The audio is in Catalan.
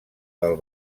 del